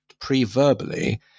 pre-verbally